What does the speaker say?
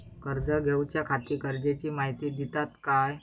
कर्ज घेऊच्याखाती गरजेची माहिती दितात काय?